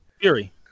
Fury